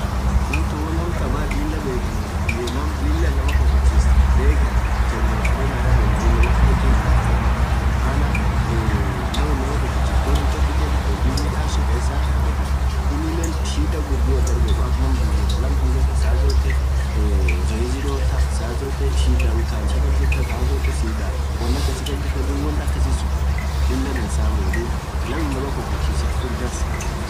maal naam lilaa bekhenuuf hyoo naam lilah inama kofolchiss duraa fuded anan yedeen, maana naam inama kofolchis hujii hinmidasuu baree tokotuu ijetaa ininen shida gudui hindargetu akk naam saa zotee shidaa utalchaa kasjirtaa zoezi dotta woan akasii kasjirtaa, duub woan akasii suun dansaamuu naam inama kofolchisit irr dansaa.